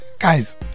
Guys